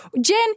Jen